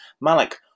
Malik